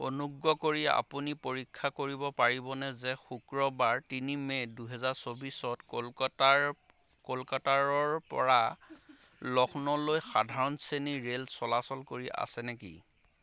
অনুগ্ৰহ কৰি আপুনি পৰীক্ষা কৰিব পাৰিবনে যে শুক্ৰবাৰ তিনি মে'ত দুহেজাৰ চৌবিছত কলকাতা কলকাতাৰপৰা লক্ষ্ণৌলৈ সাধাৰণ শ্ৰেণীত ৰে'ল চলাচল কৰি আছে নেকি